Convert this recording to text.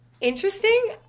Interesting